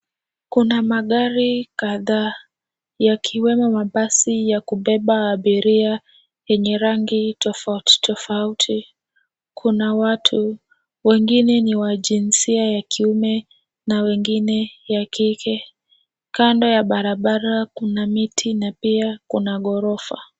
Kuna magari kadhaa yakiwemo mabasi ya kubeba abiria yenye rangi tofauti tofauti. Kuna watu wengine ni wa jinsia ya kiume na wengine ya kike. Kando ya barabara kuna miti na pia kuna ghorofa.